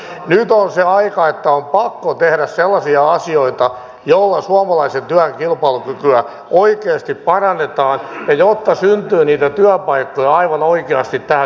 nyt on se aika että on pakko tehdä sellaisia asioita joilla suomalaisen työn kilpailukykyä oikeasti parannetaan jotta syntyy niitä työpaikkoja aivan oikeasti tähän yhteiskuntaan